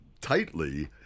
tightly